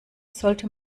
sollte